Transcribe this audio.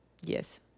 Yes